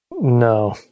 No